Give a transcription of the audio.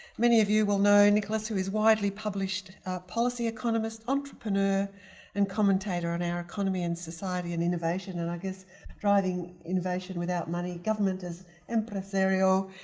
many of you will know nicholas who is widely published policy economist, entrepreneur and commentator on our economy and society and innovation and i guess driving innovation without money. government is impresarial,